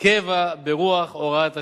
קבע ברוח הוראת השעה,